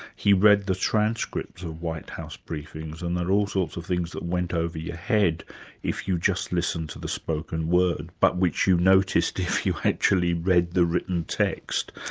he read the transcripts of white house briefings and there are all sorts of things that went over your head if you just listened to the spoken word, but which you noticed if you actually read the written text.